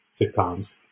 sitcoms